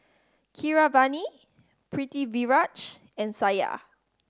Keeravani Pritiviraj and Satya